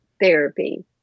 therapy